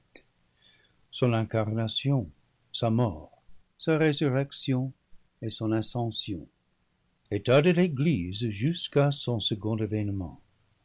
incarnation sa mort sa résurrection et son ascension etat de l'église jusqu'à son second événement